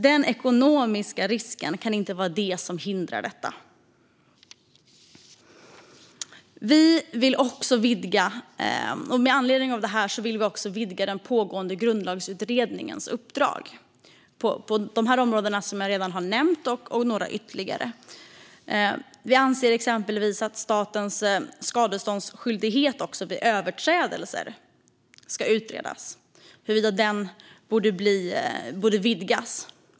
Den ekonomiska risken kan inte vara det som hindrar detta. Med anledning av detta vill vi också vidga den pågående Grundlagsutredningens uppdrag på de områden som jag redan har nämnt och några ytterligare. Vi anser exempelvis att statens skadeståndsskyldighet vid överträdelser ska utredas, alltså huruvida hur den borde vidgas.